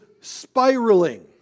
spiraling